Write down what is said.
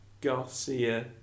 Garcia